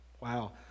Wow